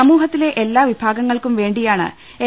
സമൂഹത്തിലെ എല്ലാ വിഭാഗങ്ങൾക്കും വേണ്ടിയാണ് എൻ